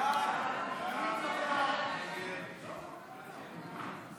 ההצעה להעביר את הצעת חוק התכנון